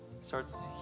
starts